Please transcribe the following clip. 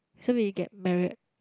so we get Marriott